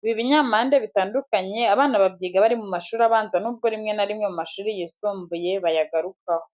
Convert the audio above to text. Ibi binyampande bitandukanye abana babyiga bari mu mashuri abanza nubwo rimwe na rimwe mu mashuri yisumbuye bayagarukaho.